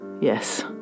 Yes